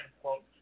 quote